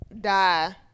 Die